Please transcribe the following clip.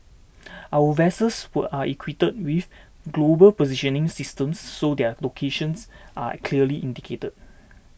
our vessels were are equipped with global positioning systems so their locations are clearly indicated